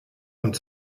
und